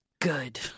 Good